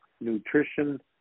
nutrition